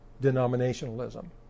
denominationalism